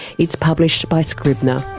it's published by scribner.